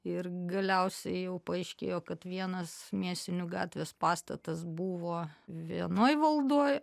ir galiausiai jau paaiškėjo kad vienas mėsinių gatvės pastatas buvo vienoj valdoj